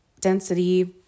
density